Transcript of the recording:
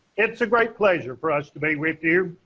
it's a great pleasure for us to be with you.